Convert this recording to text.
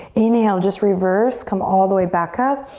inhale, just reverse, come all the way back up.